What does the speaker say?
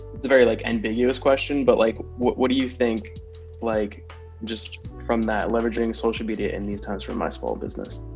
it's a very like ambiguous question, but like what what do you think like just from that, leveraging of social media in these times for my small business?